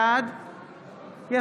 בעד יסמין פרידמן,